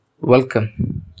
welcome